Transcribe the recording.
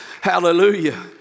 Hallelujah